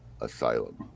asylum